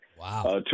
Wow